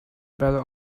better